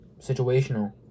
situational